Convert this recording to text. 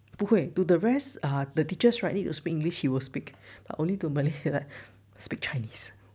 不会 to the rest are the teachers right need to speak english he will speak but only to malay like speak chinese